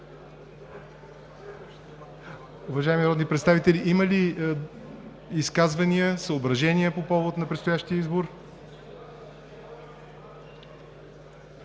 Уважаеми народни представители, има ли изказвания, съображения по повод на предстоящия избор?